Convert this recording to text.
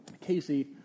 Casey